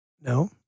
No